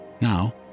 Now